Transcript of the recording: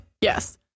Yes